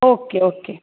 okay okay